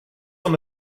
van